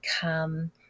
come